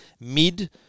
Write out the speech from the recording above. mid